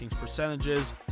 percentages